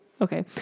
Okay